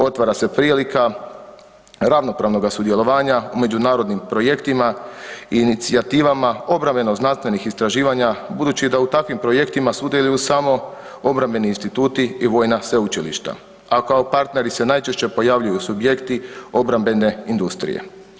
Otvara se prilika ravnopravnoga sudjelovanja u međunarodnim projektima i inicijativama obrambeno-znanstvenih istraživanja budući da u takvim projektima sudjeluju samo obrambeni instituti i vojna sveučilišta, a kao partneri se najčešće pojavljuju subjekti obrambene industrije.